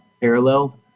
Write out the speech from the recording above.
parallel